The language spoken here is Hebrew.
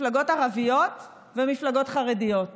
מפלגות ערביות ומפלגות חרדיות ביחד.